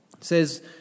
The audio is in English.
says